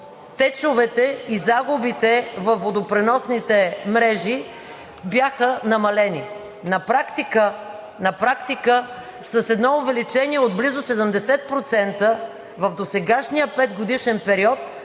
течовете и загубите във водопреносните мрежи бяха намалени. На практика с едно увеличение от близо 70% в досегашния петгодишен период